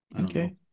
Okay